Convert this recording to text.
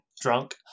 drunk